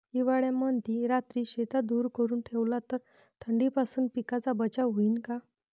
हिवाळ्यामंदी रात्री शेतात धुर करून ठेवला तर थंडीपासून पिकाचा बचाव होईन का?